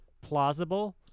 plausible